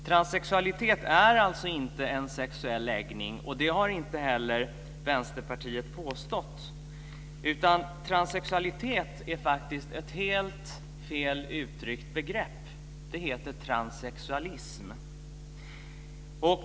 Transsexualitet är alltså inte en sexuell läggning. Det har inte heller Vänsterpartiet påstått, utan transsexualitet är faktiskt ett helt fel uttryckt begrepp. Det heter transsexualism.